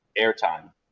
airtime